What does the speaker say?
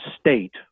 state